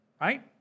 Right